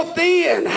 thin